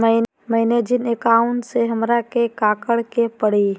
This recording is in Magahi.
मैंने जिन अकाउंट में हमरा के काकड़ के परी?